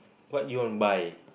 what you want buy